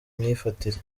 myifatire